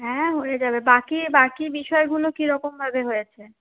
হ্যাঁ হয়ে যাবে বাকি বাকি বিষয়গুলো কীরকমভাবে হয়েছে